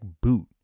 boot